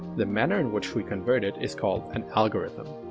the manner in which we convert it is called an algorithm.